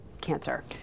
cancer